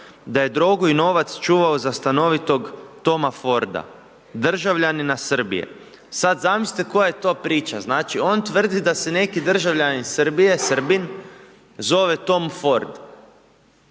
da je drogu i novac čuvao za stanovitog Toma Forda, državljanina Srbije. Sad zamislite koja je to priča, znači, on tvrdi da se neki državljanin Srbije, Srbin, zove Tom Ford